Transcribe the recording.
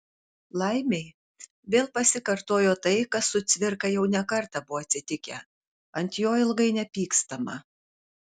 laimei vėl pasikartojo tai kas su cvirka jau ne kartą buvo atsitikę ant jo ilgai nepykstama